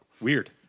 Weird